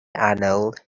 arnold